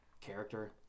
character